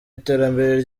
iterambere